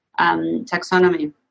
taxonomy